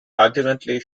ultimately